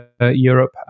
Europe